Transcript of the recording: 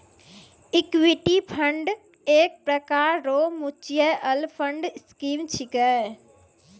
equity fund एक प्रकार रो मिच्युअल फंड स्कीम छिकै